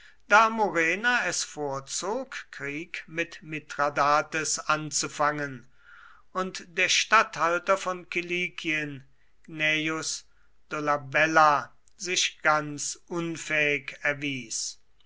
murena es vorzog krieg mit mithradates anzufangen und der statthalter von kilikien gnaeus dolabella sich ganz unfähig erwies